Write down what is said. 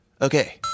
Okay